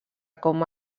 com